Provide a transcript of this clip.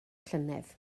llynedd